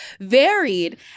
varied